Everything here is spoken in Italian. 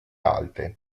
alte